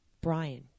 Brian